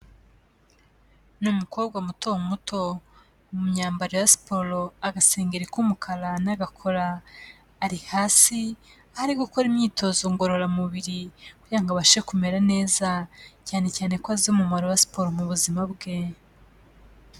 Ni umukobwa muto muto mu myambaro ya siporo, agasengeri k'umukarani n'agakora, ari hasi ari gukora imyitozo ngororamubiri kugira ngo abashe kumera neza, cyane cyane ko azi umumaro wa siporo mu buzima bwe.